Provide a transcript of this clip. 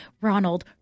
Ronald